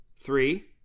three